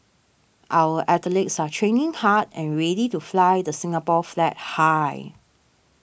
our athletes are training hard and ready to fly the Singapore flag high